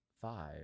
five